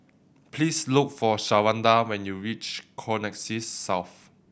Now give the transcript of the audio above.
please look for Shawanda when you reach Connexis South